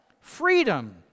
Freedom